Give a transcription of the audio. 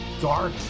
dark